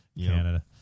Canada